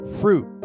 fruit